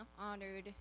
honored